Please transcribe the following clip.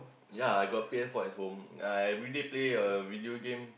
ya I got P_S-four at home uh everyday play a video game